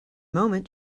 moment